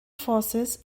forces